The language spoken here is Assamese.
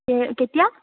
কেতিয়া